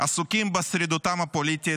עסוקים בשרידותם הפוליטית,